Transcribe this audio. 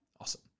Awesome